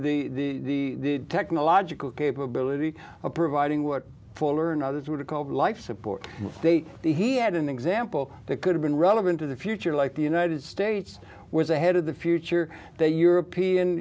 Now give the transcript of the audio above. the technological capability of providing what fuller and others would have called life support state he had an example that could have been relevant to the future like the united states was ahead of the future the european